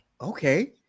okay